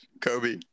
Kobe